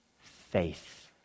faith